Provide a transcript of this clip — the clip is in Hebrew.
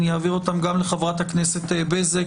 אני אעביר אותן גם לחברת הכנסת בזק,